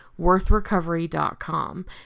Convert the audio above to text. worthrecovery.com